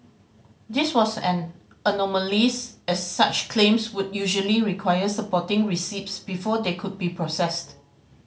this was an anomaly's as such claims would usually require supporting receipts before they could be processed